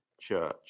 church